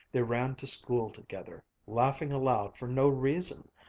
they ran to school together, laughing aloud for no reason,